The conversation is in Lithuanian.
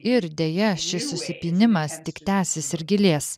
ir deja šis susipynimas tik tęsis ir gilės